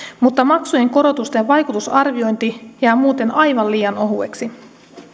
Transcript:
mutta maksujen korotusten vaikutusarviointi jää muuten aivan liian ohueksi